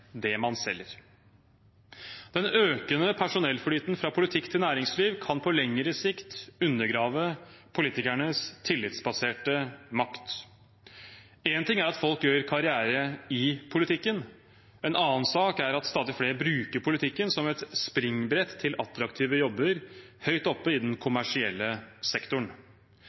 det man selger. Den økende personellflyten fra politikk til næringsliv kan på lengre sikt undergrave politikernes tillitsbaserte makt. Én ting er at folk gjør karriere i politikken, en annen sak er at stadig flere bruker politikken som et springbrett til attraktive jobber høyt oppe i den kommersielle sektoren.